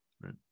Right